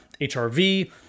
HRV